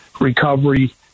recovery